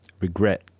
regret